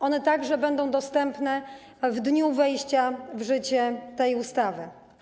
One także będą dostępne w dniu wejścia w życie tej ustawy.